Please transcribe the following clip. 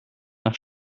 nach